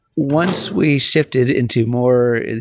once we shifted into more,